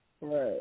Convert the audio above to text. Right